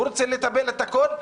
הוא רוצה לטפל בכול,